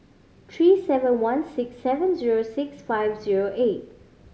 three seven one six seven zero six five zero eight